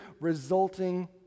resulting